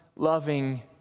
Loving